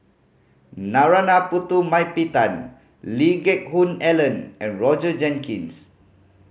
Narana Putumaippittan Lee Geck Hoon Ellen and Roger Jenkins